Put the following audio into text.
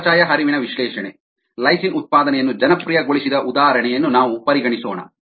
ಚಯಾಪಚಯ ಹರಿವಿನ ವಿಶ್ಲೇಷಣೆ ಲೈಸಿನ್ ಉತ್ಪಾದನೆಯನ್ನು ಜನಪ್ರಿಯಗೊಳಿಸಿದ ಉದಾಹರಣೆಯನ್ನು ನಾವು ಪರಿಗಣಿಸೋಣ